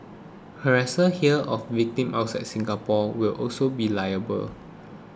harassers here of victims outside Singapore will also be liable